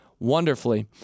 Wonderfully